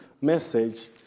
message